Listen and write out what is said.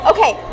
Okay